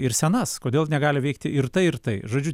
ir senas kodėl negali veikti ir tai ir tai žodžiu